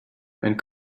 and